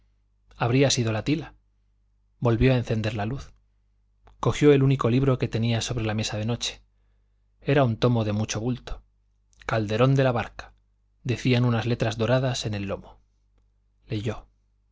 habría sido la tila volvió a encender luz cogió el único libro que tenía sobre la mesa de noche era un tomo de mucho bulto calderón de la barca decían unas letras doradas en el lomo leyó